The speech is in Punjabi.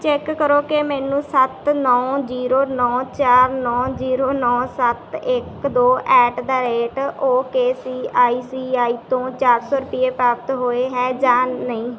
ਚੈੱਕ ਕਰੋ ਕਿ ਮੈਨੂੰ ਸੱਤ ਨੌਂ ਜੀਰੋ ਨੌਂ ਚਾਰ ਨੌਂ ਜੀਰੋ ਨੌਂ ਸੱਤ ਇੱਕ ਦੋ at the rate O K C I C I ਤੋਂ ਚਾਰ ਸੌ ਰੁਪਈਏ ਪ੍ਰਾਪਤ ਹੋਏ ਹੈ ਜਾਂ ਨਹੀਂ